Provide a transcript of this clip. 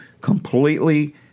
completely